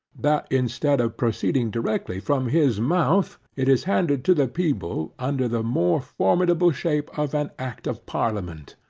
that instead of proceeding directly from his mouth, it is handed to the people under the more formidable shape of an act of parliament.